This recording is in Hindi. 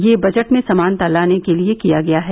यह बजट में समानता लाने के लिये किया गया है